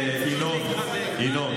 מאיר.